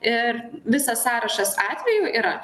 ir visas sąrašas atvejų yra